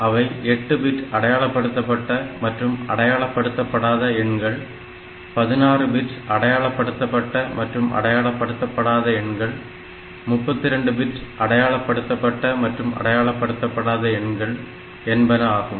அவை 8 பிட் அடையாளப்படுத்தப்பட்ட மற்றும் அடையாளப்படுத்தப்படாத எண்கள் 16 பிட் அடையாளப்படுத்தப்பட்ட மற்றும் அடையாளப்படுத்தப்படாத எண்கள் 32 பிட் அடையாளப்படுத்தப்பட்ட மற்றும் அடையாளப்படுத்தப்படாத எண்கள் என்பன ஆகும்